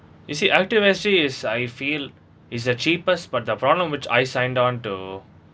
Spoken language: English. you see active S_G is I feel is the cheapest but the problem which I signed on to